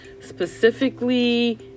specifically